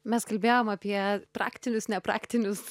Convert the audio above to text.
mes kalbėjom apie praktinius nepraktinius